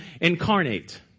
incarnate